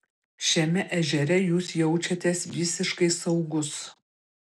šiame ežere jūs jaučiatės visiškai saugus